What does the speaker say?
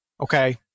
okay